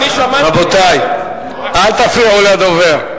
אני שמעתי, רבותי, אל תפריעו לדובר.